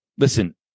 Listen